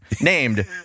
named